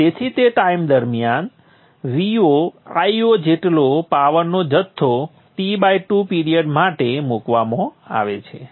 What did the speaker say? તેથી તે ટાઈમ દરમિયાન VoIo જેટલો પાવરનો જથ્થો T2 પિરીઅડ માટે મૂકવામાં આવે છે